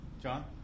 John